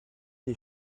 des